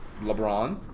LeBron